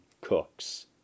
Cook's